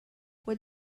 what